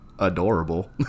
Adorable